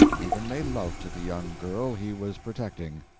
even made love to the young girl he was protecting.